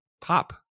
pop